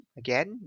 again